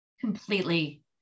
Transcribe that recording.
completely